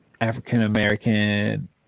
african-american